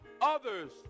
others